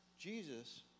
Jesus